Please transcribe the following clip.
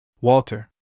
Walter